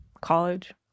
college